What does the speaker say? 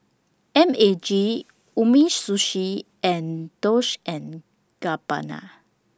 M A G Umisushi and Dolce and Gabbana